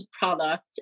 product